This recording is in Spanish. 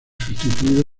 sustituido